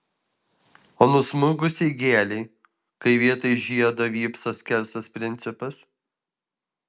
o nusmurgusiai gėlei kai vietoj žiedo vypso skersas principas